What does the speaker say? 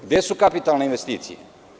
Gde su kapitalne investicije?